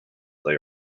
they